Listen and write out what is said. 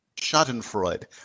Schadenfreude